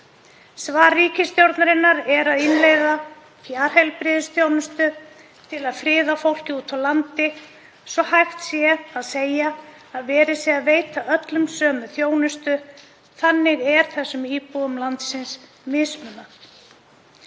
Svar ríkisstjórnarinnar er að innleiða fjarheilbrigðisþjónustu til að friða fólkið úti á landi svo hægt sé að segja að verið sé að veita öllum sömu þjónustu. Þannig er þessum íbúum landsins mismunað.